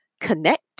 connect